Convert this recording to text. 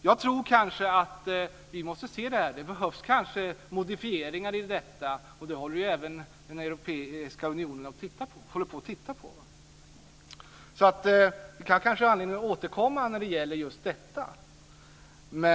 Jag tror att det kanske behövs modifieringar när det gäller detta, och det håller även den europeiska unionen på att titta på. Vi kanske har anledning att återkomma till just detta.